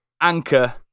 anchor